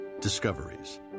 Discoveries